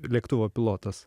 lėktuvo pilotas